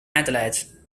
adelaide